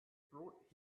brought